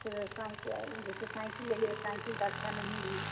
cycle जैसे cycle लेलियै cycle तऽ अच्छा नहिये रहै